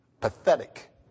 pathetic